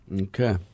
Okay